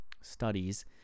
studies